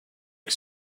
qui